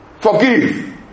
Forgive